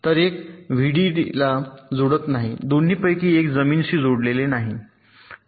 तर एफ व्हीडीडीला जोडत नाहीदोन्हीपैकी एफ जमीनशी जोडलेले नाही